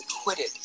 acquitted